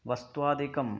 वस्त्रादिकम्